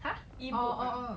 !huh! oh